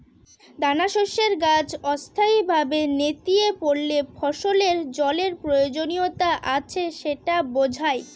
দানাশস্যের গাছ অস্থায়ীভাবে নেতিয়ে পড়লে ফসলের জলের প্রয়োজনীয়তা আছে সেটা বোঝায়